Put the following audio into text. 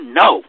no